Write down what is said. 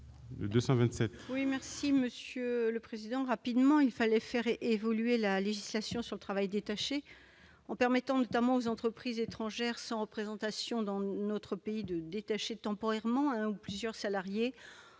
Cohen, pour présenter l'amendement n° 227 Il fallait faire évoluer la législation sur le travail détaché en permettant, notamment, aux entreprises étrangères sans représentation dans notre pays de détacher temporairement un ou plusieurs salariés,